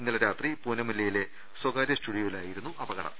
ഇന്നലെ രാത്രി പൂനമല്ലിയിലെ സ്ഥകാര്യ സ്റ്റൂഡി യോയിലായിരുന്നു അപകടം